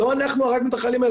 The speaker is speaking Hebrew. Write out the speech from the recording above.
לא אנחנו הרגנו את החיילים האלה,